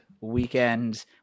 weekend